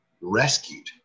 rescued